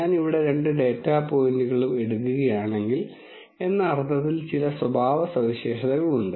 ഞാൻ ഇവിടെ രണ്ട് ഡാറ്റ പോയിന്റുകളും എടുക്കുകയാണെങ്കിൽ എന്ന അർത്ഥത്തിൽ ചില സ്വഭാവസവിശേഷതകൾ ഉണ്ട്